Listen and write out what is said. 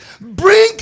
bring